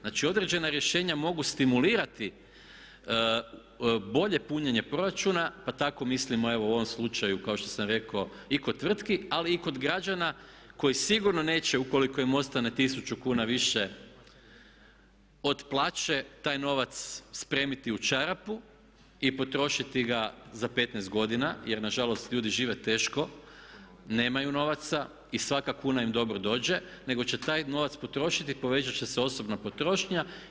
Znači, određena rješenja mogu stimulirati bolje punjenje proračuna pa tako mislimo evo u ovom slučaju kao što sam rekao i kod tvrtki ali i kod građana koji sigurno neće ukoliko im ostane 1000 kuna više od plaće taj novac spremiti u čarapu i potrošiti ga za 15 godina jer nažalost ljudi žive teško, nemaju novaca i svaka kuna im dobro dođe, nego će taj novac potrošiti i povećat će se osobna potrošnja.